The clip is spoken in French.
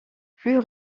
plus